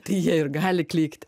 tai jie ir gali klykt